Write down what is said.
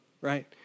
right